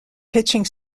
pitching